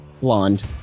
blonde